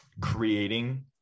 creating